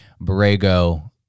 Borrego